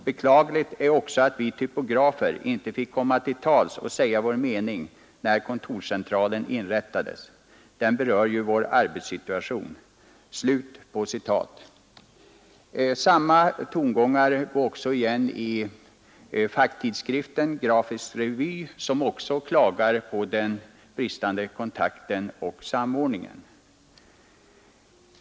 Beklagligt är också att vi typografer inte fick komma till tals och säga vår mening när kontorscentralen inrättades. Den berör ju vår arbetssituation.” Samma tongångar går igen i facktidskriften Grafisk revy som också klagar på den bristande kontakten och samordningen.